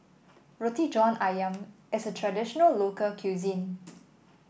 Roti John ayam is traditional local cuisine